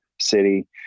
city